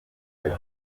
agiye